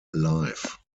live